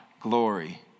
glory